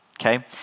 okay